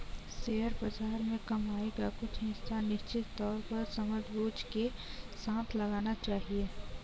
share बाज़ार में कमाई का कुछ हिस्सा निश्चित तौर पर समझबूझ के साथ लगाना चहिये